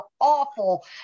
awful